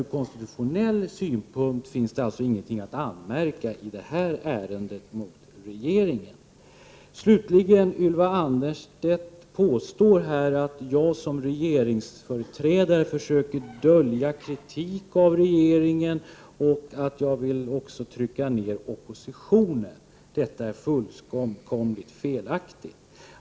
Ur konstitutionell synpunkt finns det ingenting att anmärka vad gäller regeringens handlande i detta ärende. Ylva Annerstedt påstår att jag som regeringsföreträdare försöker dölja kritik av regeringen och att jag också vill trycka ner oppositionen. Detta är fullkomligt felaktigt.